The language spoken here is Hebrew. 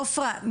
עופרה,